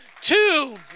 two